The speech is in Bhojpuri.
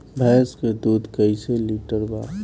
भैंस के दूध कईसे लीटर बा?